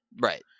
Right